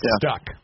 stuck